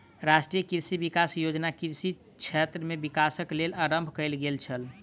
राष्ट्रीय कृषि विकास योजना कृषि क्षेत्र में विकासक लेल आरम्भ कयल गेल छल